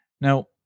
Now